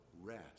rest